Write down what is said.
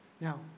Now